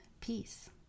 peace